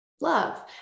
love